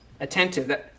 Attentive